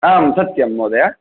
आम् सत्यं महोदय